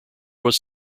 was